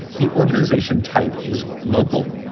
the organization type is local,